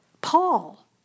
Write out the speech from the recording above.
Paul